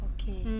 Okay